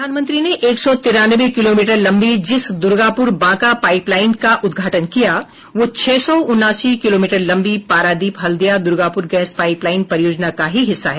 प्रधानमंत्री ने एक सौ तिरानवे किलोमीटर लंबी जिस दुर्गापुर बांका पाइपलाइन का उद्घाटन किया वह छह सौ उनासी किलोमीटर लंबी पारादीप हलदिया दुर्गापुर गैस पाइपलाइन परियोजना का ही हिस्सा है